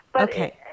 Okay